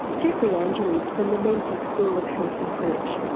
geoffrey angeles from the menzies school of health research.